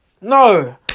No